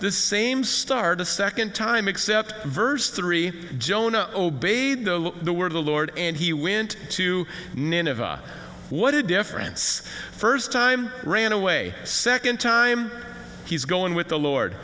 this same start a second time except verse three jonah obeyed though the word of the lord and he wint to nineveh what a difference first time ran away second time he's going with the lord